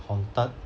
haunted